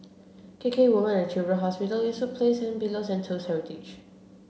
K K Women and Children Hospital Eastwood Place and Pillows and Toast Heritage